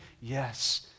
Yes